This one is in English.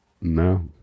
No